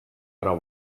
ära